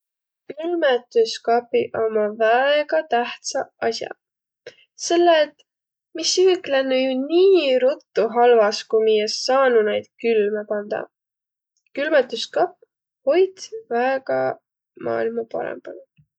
Külmetüskapiq ommaq väega tähtsäq as'aq, selle et mi süük lännü ju nii ruttu halvas, ku mi es saanuq naid külmä pandaq. Külmetüskapp hoit väega maailma parõmbana.